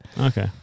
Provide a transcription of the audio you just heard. Okay